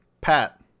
Pat